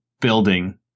building